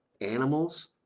Animals